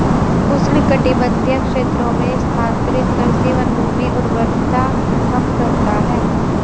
उष्णकटिबंधीय क्षेत्रों में स्थानांतरित कृषि वनभूमि उर्वरता कम करता है